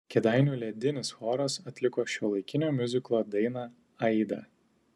kėdainių ledinis choras atliko šiuolaikinio miuziklo dainą aida